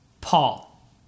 Paul